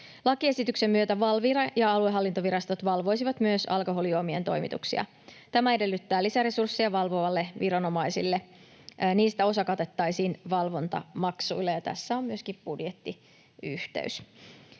Lakiesityksen myötä Valvira ja aluehallintovirastot valvoisivat myös alkoholijuomien toimituksia. Tämä edellyttää lisäresursseja valvoville viranomaisille. Niistä osa katettaisiin valvontamaksuilla, ja tässä on myöskin budjettiyhteys.